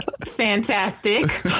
fantastic